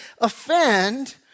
offend